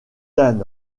d’un